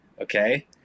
Okay